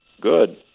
Good